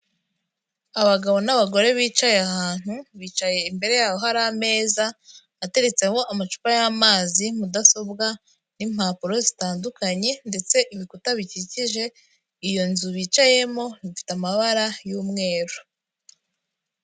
Abagabo n'abagore bicaye ahantu, bicaye imbere yaho hari ameza ateretseho amacupa y'amazi, mudasobwa n'impapuro zitandukanye ndetse ibikuta bikikije iyo nzu bicayemo, bifite amabara y'umweru.